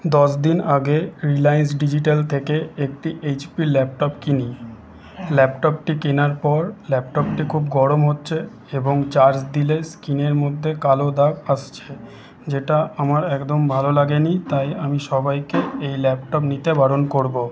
দশদিন আগে রিলায়েন্স ডিজিটাল থেকে একটি এইচপির ল্যাপটপ কিনি ল্যাপটপটি কেনার পর ল্যাপটপটি খুব গরম হচ্ছে এবং চার্জ দিলে স্ক্রিনের মধ্যে কালো দাগ আসছে যেটা আমার একদম ভালো লাগে নি তাই আমি সবাইকে এই ল্যাপটপ নিতে বারণ করবো